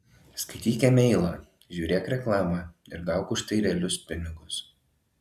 skaityk e mailą žiūrėk reklamą ir gauk už tai realius pinigus